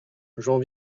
j’en